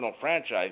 franchise